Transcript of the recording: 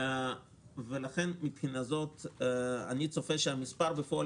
מן הבחינה הזאת אני צופה שהמספר בפועל